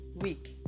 week